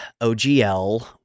OGL